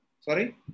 sorry